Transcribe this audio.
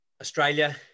Australia